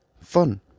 fun